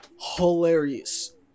hilarious